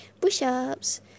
push-ups